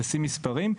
לשים מספרים,